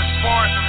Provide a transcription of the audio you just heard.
sports